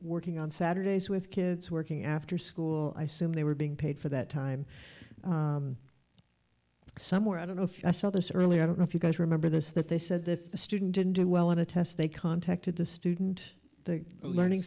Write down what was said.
working on saturdays with kids working after school i assume they were being paid for that time somewhere i don't know if i saw this earlier i don't know if you guys remember this that they said the student didn't do well on a test they contacted the student the learning